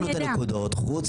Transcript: חוץ